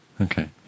okay